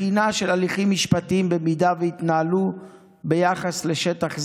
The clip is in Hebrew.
בחינה של הליכים משפטיים, אם התנהלו ביחס לשטח זה,